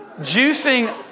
Juicing